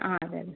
ആ അതെ അതെ